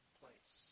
place